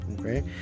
okay